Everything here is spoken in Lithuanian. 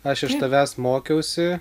aš iš tavęs mokiausi